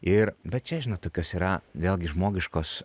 ir bet čia žinot tokios yra vėlgi žmogiškos